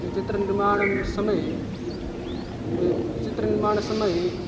चित्रनिर्माणं समये चित्रनिर्माणसमये